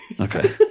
Okay